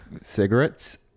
cigarettes